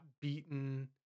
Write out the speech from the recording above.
beaten